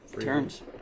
Turns